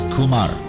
Kumar